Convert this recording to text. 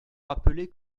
rappeler